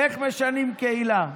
איך משנים קהילה.